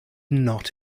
not